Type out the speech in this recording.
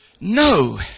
No